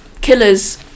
killers